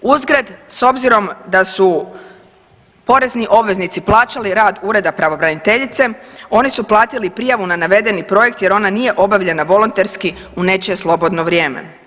Uzgred s obzirom da su porezni obveznici plaćali rad ureda pravobraniteljice oni su platili prijavu na navedeni projekt jer ona nije obavljena volonterski u nečije slobodno vrijeme.